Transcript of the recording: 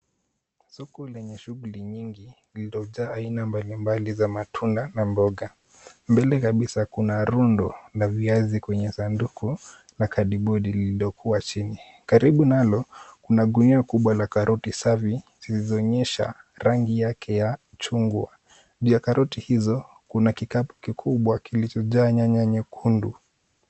Soko lenye shughuli nyingi zilizojaa aina mbalimbali za matunda na mboga. Mbele kabisa kuna rundo la viazi kwenye sanduku la kadibodi lililokuwa chini. Karibu nalo, kuna gunia kubwa la karoti safi zilizoonyesha rangi yake ya chungwa. Juu ya karoti hizo, kuna kikapu kikubwa kilichojaa nyanya nyekundu.